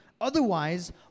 otherwise